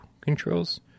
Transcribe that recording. controls